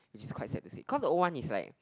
is it quite sad to see cause the old one is like